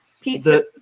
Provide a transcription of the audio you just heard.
pizza